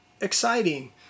Exciting